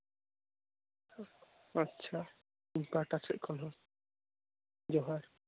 ᱟᱪᱪᱷᱟ ᱤᱧ ᱯᱟᱦᱟᱴᱟ ᱥᱮᱫ ᱠᱷᱚᱱ ᱦᱚᱸ ᱡᱚᱦᱟᱨ